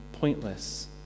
pointless